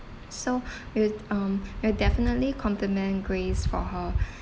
so we'll um we'll definitely compliment grace for her